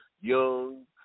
young